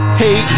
hey